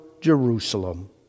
Jerusalem